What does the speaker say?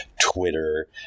Twitter